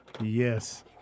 Yes